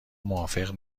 موافق